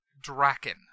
Draken